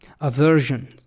aversion